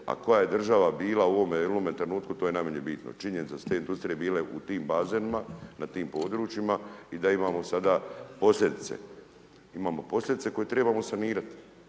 a koja je država bila u ovome trenutku to je najmanje bitno. Činjenica je da su te industrije bile u tim bazenima, na tim područjima i da imamo sada posljedice. Imamo posljedice koje trebamo sanirati.